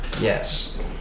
Yes